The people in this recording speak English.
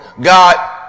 God